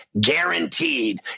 Guaranteed